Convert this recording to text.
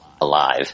alive